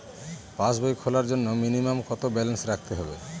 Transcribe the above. পাসবই খোলার জন্য মিনিমাম কত ব্যালেন্স রাখতে হবে?